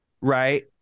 right